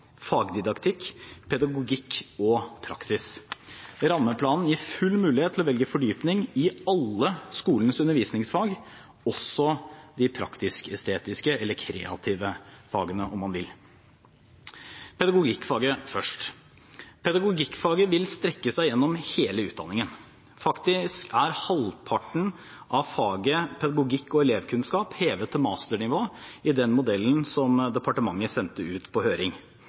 fagdidaktikk, pedagogikk og praksis. Rammeplanen gir full mulighet til å velge fordypning i alle skolens undervisningsfag – også de praktisk-estetiske eller kreative fagene, om man vil. Pedagogikkfaget først: Pedagogikkfaget vil strekke seg gjennom hele utdanningen. Faktisk er halvparten av faget pedagogikk og elevkunnskap hevet til masternivå i den modellen departementet sendte ut på høring.